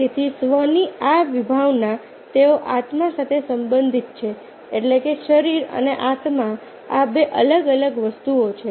તેથી સ્વની આ વિભાવના તેઓ આત્મા સાથે સંબંધિત છે એટલે કે શરીર અને આત્મા આ બે અલગ અલગ વસ્તુઓ છે